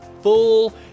full